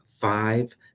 five